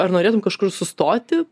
ar norėtum kažkur sustoti